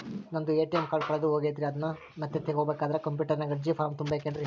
ನಂದು ATM card ಕಳೆದು ಹೋಗೈತ್ರಿ ಅದನ್ನು ಮತ್ತೆ ತಗೋಬೇಕಾದರೆ ಕಂಪ್ಯೂಟರ್ ನಾಗ ಅರ್ಜಿ ಫಾರಂ ತುಂಬಬೇಕನ್ರಿ?